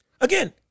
Again